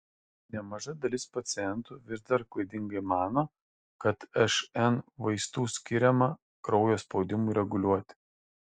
nemaža dalis pacientų vis dar klaidingai mano kad šn vaistų skiriama kraujo spaudimui reguliuoti